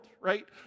right